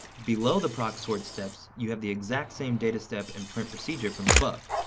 below the proc sort steps you have the exact same data step and print procedure from above.